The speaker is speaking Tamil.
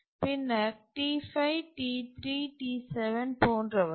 பின்னர் T5 T3 T7 போன்றவற்றுடன்